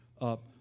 up